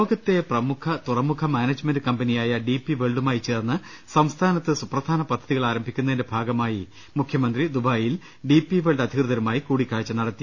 ലോകത്തെ പ്രമുഖ തുറമുഖ മാനേജ്മെന്റ് കമ്പനിയായ ഡി പി വേൾഡു മായി ചേർന്ന് സംസ്ഥാനത്ത് സുപ്രധാന പദ്ധതികൾ ആരംഭിക്കുന്നതിന്റെ ഭാഗ മായി മുഖ്യമന്ത്രി ദുബായിൽ ഡി പി വേൾഡ് അധികൃതരുമായി കൂടിക്കാഴ്ച നട ത്തി